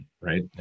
right